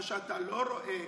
מה שאתה לא רואה